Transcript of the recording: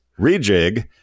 Rejig